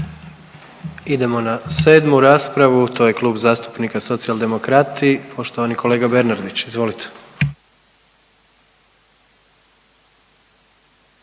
Idemo na 7. raspravu, to je Klub zastupnika Socijaldemokrati poštovani kolega Bernardić, izvolite.